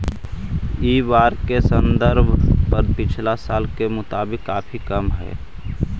इ बार के संदर्भ दर पिछला साल के मुताबिक काफी कम हई